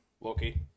Loki